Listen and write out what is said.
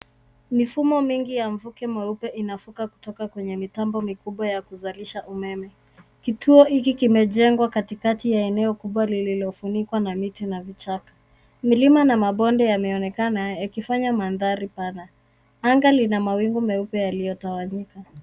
Mifumo mingi ya mvuke mweupe inavuka kutoka kwenye mitambo mikubwa ya kuzalisha umeme. Kituo hiki kimejengwa katikati ya eneo kubwa lililofunikwa na miti na vichaka. Milima na mabonde yanaonekana yakifanya mandhari pana. Anga lina mawingu meupe yaliyotawanyika.